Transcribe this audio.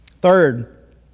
Third